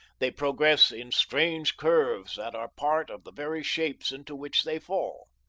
they progress in strange curves that are part of the very shapes into which they fall.